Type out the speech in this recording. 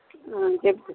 చెప్పు